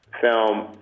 Film